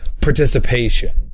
participation